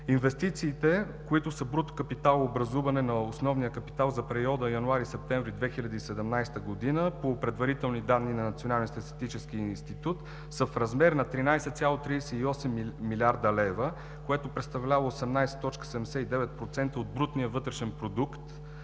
инвестициите, които са бруто капиталообразуване на основния капитал за периода януари – септември 2017 г. по предварителни данни на Национален статистически институт, са в размер на 13,38 млрд. лв., което представлява 18,79% от брутния вътрешен продукт,